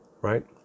Right